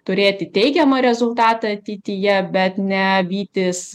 turėti teigiamą rezultatą ateityje bet ne vytis